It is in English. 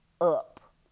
up